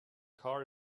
car